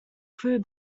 crew